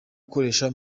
gukoresha